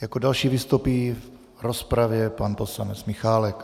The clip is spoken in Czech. Jako další vystoupí v rozpravě pan poslanec Michálek